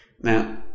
Now